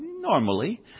normally